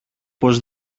πως